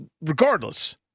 regardless